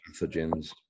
pathogens